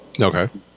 Okay